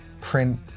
print